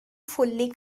fully